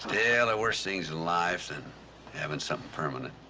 and worse things in life than having something permanent.